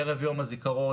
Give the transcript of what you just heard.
ערב יום הזיכרון,